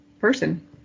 person